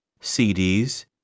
cds